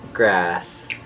grass